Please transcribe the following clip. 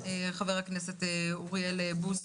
חבר הכנסת אוריאל בוסו,